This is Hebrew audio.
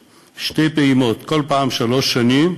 בשתי פעימות, כל פעם של שלוש שנים,